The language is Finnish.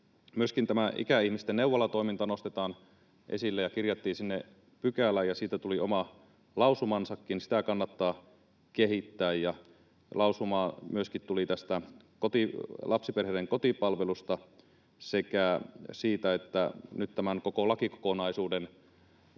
tämä ikäihmisten neuvolatoiminta nostetaan esille ja kirjattiin sinne pykälään, ja siitä tuli oma lausumansakin — sitä kannattaa kehittää. Ja lausuma tuli myöskin tästä lapsiperheiden kotipalvelusta sekä siitä, että nyt tämän koko lakikokonaisuuden